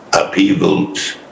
upheavals